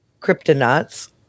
cryptonauts